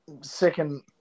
second